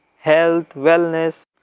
health, wellness.